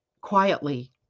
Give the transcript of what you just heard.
quietly